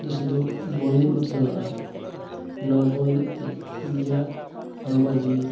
ᱫᱚ ᱥᱩᱫᱷᱩ ᱵᱚᱞ ᱮᱱᱮᱡ ᱢᱚᱛᱚᱫᱚ ᱵᱟᱝᱟ ᱱᱚᱣᱟ ᱵᱚᱞ ᱮᱱᱮᱡᱛᱮ ᱱᱤᱡᱮᱨᱟᱜ ᱦᱚᱲᱢᱚ ᱡᱤᱣᱤ